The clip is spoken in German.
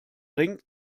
ring